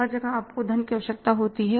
हर जगह आपको धन की आवश्यकता होती है